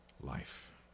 life